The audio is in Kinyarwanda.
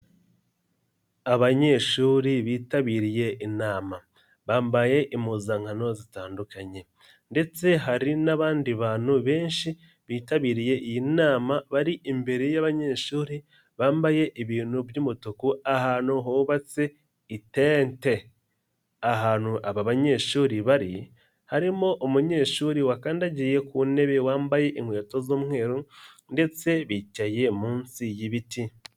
Abanyeshuri bitabiriye inama, bambaye impuzankano zitandukanye ndetse hari n'abandi bantu benshi, bitabiriye iyi nama bari imbere y'abanyeshuri, bambaye ibintu by'umutuku ahantu hubatse itente, ahantu aba banyeshuri bari, harimo umunyeshuri wakandagiye ku ntebe wambaye inkweto z'umweru ndetse bicaye munsi y'ibiti.